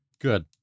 Good